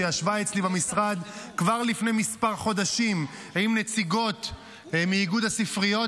שישבה אצלי במשרד כבר לפני כמה חודשים עם נציגות מאיגוד הספריות,